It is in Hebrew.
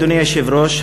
אדוני היושב-ראש,